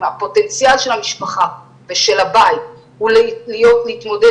אם הפוטנציאל של המשפחה ושל הבית הוא להתמודד